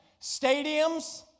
stadiums